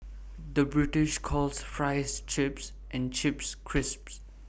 the British calls Fries Chips and Chips Crisps